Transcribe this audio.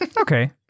Okay